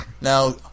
now